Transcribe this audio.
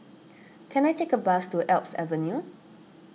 can I take a bus to Alps Avenue